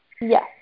Yes